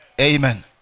Amen